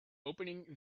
opening